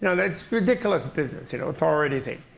you know that's ridiculous business, you know authority thing.